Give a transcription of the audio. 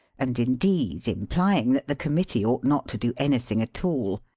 and indeed implying that the com mittee ought not to do anything at all.